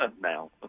Now